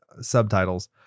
subtitles